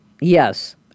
yes